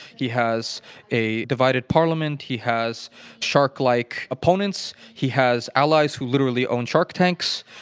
he has a divided parliament. he has shark-like opponents. he has allies who literally own shark tanks.